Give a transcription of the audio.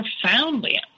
profoundly